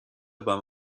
aber